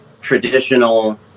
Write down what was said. traditional